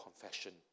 confession